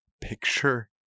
picture